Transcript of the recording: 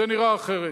זה נראה אחרת.